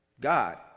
God